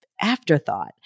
afterthought